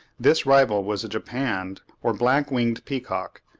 this rival was a japanned or black-winged peacock,